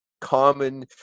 common